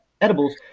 edibles